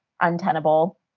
untenable